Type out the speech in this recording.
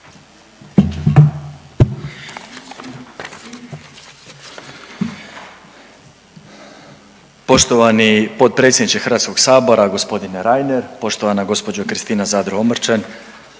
Poštovani potpredsjedniče Hrvatskog sabora gospodine Reiner, poštovana gospođo Kristina Zadro Omrčen,